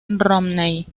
romney